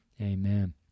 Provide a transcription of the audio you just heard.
Amen